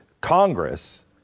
Congress